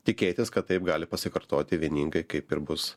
tikėtis kad taip gali pasikartoti vieningai kaip ir bus